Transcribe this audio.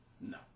No